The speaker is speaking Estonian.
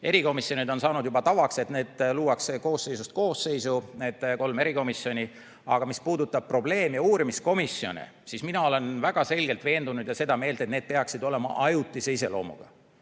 Erikomisjonide puhul on saanud juba tavaks, et need luuakse koosseisust koosseisu, need kolm erikomisjoni. Aga mis puudutab probleem- ja uurimiskomisjone, siis mina olen väga selgelt veendunud ja seda meelt, et need peaksid olema ajutise iseloomuga.